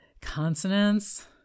consonants